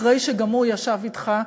אחרי שגם הוא ישב אתך לשיחה,